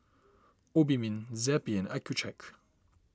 Obimin Zappy and Accucheck